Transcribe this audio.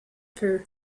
peu